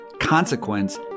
consequence